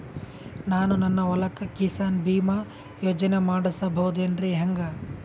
ನಾನು ನನ್ನ ಹೊಲಕ್ಕ ಕಿಸಾನ್ ಬೀಮಾ ಯೋಜನೆ ಮಾಡಸ ಬಹುದೇನರಿ ಹೆಂಗ?